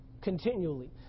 continually